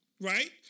right